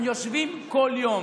הם יושבים כל יום.